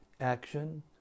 action